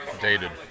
Dated